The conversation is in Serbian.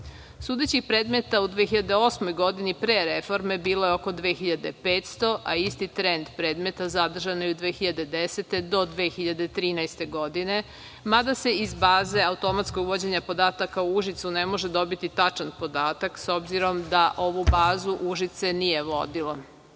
Sudećih predmeta u 2008. godini, pre reforme, bilo je oko 2.500, a isti trend predmeta zadržan je i u 2010. do 2013. godine, mada se iz baze automatskog uvođenja podataka u Užicu ne može dobiti tačan podatak, s obzirom da ovu bazu Užice nije vodilo. Kada